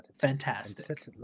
fantastic